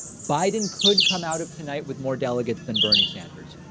biden could come out of tonight with more delegates than bernie sanders,